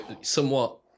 somewhat